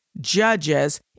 judges